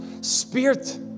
spirit